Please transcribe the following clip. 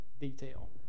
detail